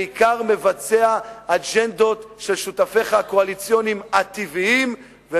בעיקר מבצע אג'נדות של שותפיך הקואליציוניים ה"טבעיים" אבל עם איזה כסף?